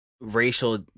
racial